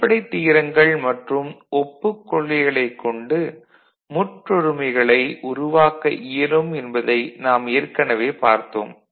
அடிப்படைத் தியரங்கள் மற்றும் ஒப்புக் கொள்கைகளைக் கொண்டு முற்றொருமைகளை உருவாக்க இயலும் என்பதை நாம் ஏற்கனவே பார்த்தோம்